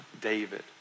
David